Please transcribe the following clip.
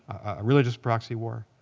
religious proxy war,